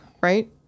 right